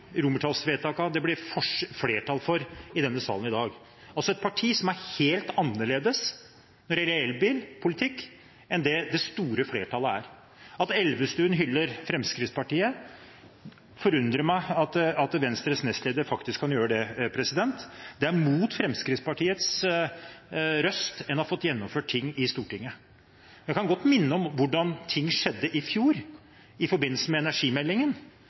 det blir flertall for i salen i dag. Det er altså et parti som er helt annerledes når det gjelder elbilpolitikk, enn det store flertallet. At Elvestuen hyller Fremskrittspartiet – det forundrer meg at Venstres nestleder faktisk kan gjøre det. Det er mot Fremskrittspartiets røst en har fått gjennomført ting i Stortinget. En kan godt minne om hvordan ting skjedde i fjor i forbindelse med energimeldingen,